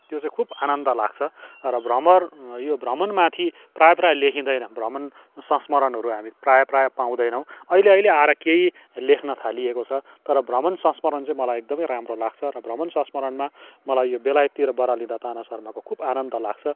त्यो चाहिँ खुब आनन्द लाग्छ र भ्रमर यो भ्रमण माथि प्राय प्राय लेखिँदैन भ्रमण संस्मरणहरू हामी प्रायः प्रायः पाउँदैनौँ अहिले अहिले आएर केहि लेख्न थालिएको छ तर भ्रमण संस्मरण चाहिँ मलाई एकदमै राम्रो लाग्छ र भ्रमण संस्मरणमा मलाई यो बेलायततिर बरालिँदा ताना शर्माको खुब आनन्द लाग्छ